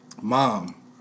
Mom